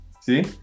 see